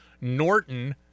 Norton